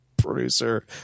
Producer